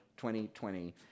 2020